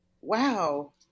wow